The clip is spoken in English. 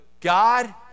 God